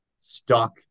stuck